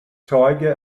zeuge